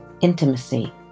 intimacy